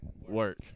Work